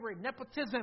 nepotism